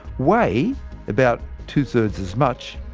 weigh about two-thirds as much,